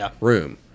room